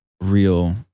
real